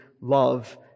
love